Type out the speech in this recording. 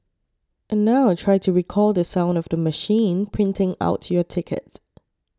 and now try to recall the sound of the machine printing out your ticket